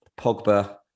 Pogba